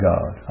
God